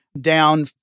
down